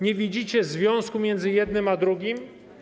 Nie widzicie związku między jednym a drugim?